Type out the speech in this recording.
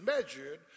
measured